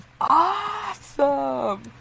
Awesome